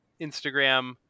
Instagram